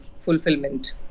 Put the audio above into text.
fulfillment